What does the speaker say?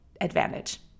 advantage